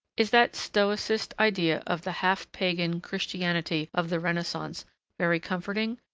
is that stoicist idea of the half-pagan christianity of the renaissance very comforting,